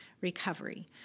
recovery